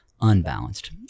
unbalanced